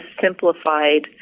simplified